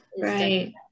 Right